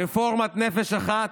רפורמת נפש אחת,